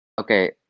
Okay